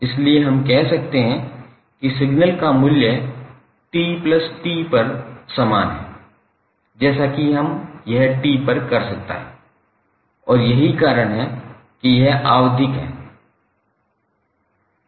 इसलिए हम कह सकते हैं कि सिग्नल का मूल्य 𝑡𝑇 पर समान है जैसा कि यह t पर करता है और यही कारण है कि यह आवधिक है